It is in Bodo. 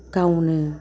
गावनो